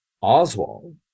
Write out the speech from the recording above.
Oswald